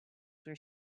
were